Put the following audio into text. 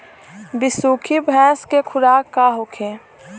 बिसुखी भैंस के खुराक का होखे?